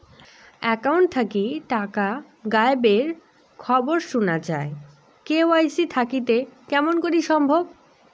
Account থাকি টাকা গায়েব এর খবর সুনা যায় কে.ওয়াই.সি থাকিতে কেমন করি সম্ভব?